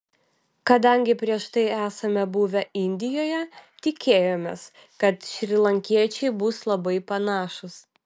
kadangi prieš tai esame buvę indijoje tikėjomės kad šrilankiečiai bus labai panašūs